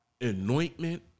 anointment